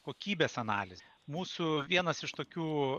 kokybės analizę mūsų vienas iš tokių